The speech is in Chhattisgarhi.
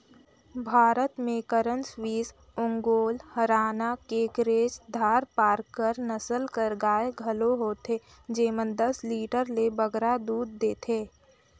भारत में करन स्विस, ओंगोल, हराना, केकरेज, धारपारकर नसल कर गाय घलो होथे जेमन दस लीटर ले बगरा दूद देथे